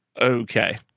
Okay